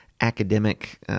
academic